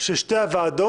של שתי הוועדות,